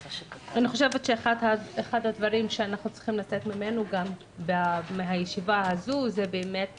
אחד הדברים שאנחנו צריכים לצאת איתו מהישיבה הזאת זה באמת